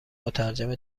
مترجم